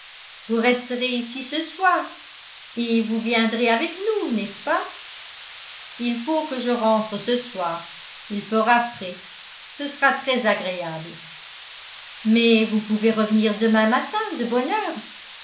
vous resterez ici ce soir et vous viendrez avec nous n'est-ce pas il faut que je rentre ce soir il fera frais ce sera très agréable mais vous pouvez revenir demain matin de bonne heure